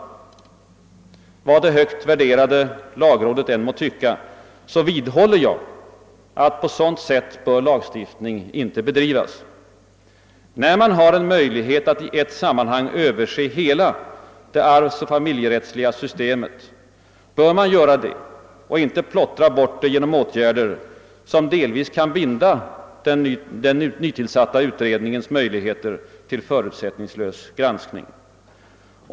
Vad det högt värderade lagrådet än må tycka, vidhåller jag att på sådant sätt bör lagstiftning inte bedrivas. När man har en möjlighet att i ett sammanhang överse hela det arvsoch familjerättsliga systemet, skall man göra det och inte plotira bort det hela genom åtgärder, som delvis kan binda den nytillsatta utredningens möjligheter till förutsättningslös granskning.